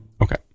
Okay